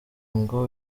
ngo